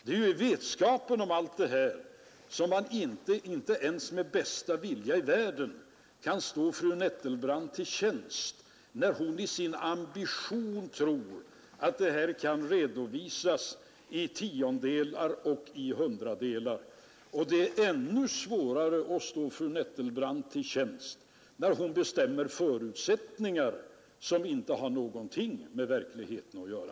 Det är i vetskapen om allt det här som man inte ens med bästa vilja i världen kan stå fru Nettelbrandt till tjänst, när hon i sin ambition tror att det kan redovisas i tiondelar och i hundradelar. Och det är ännu svårare att stå fru Nettelbrandt till tjänst, när hon bestämmer förutsättningar som inte har någonting med verkligheten att göra.